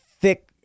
thick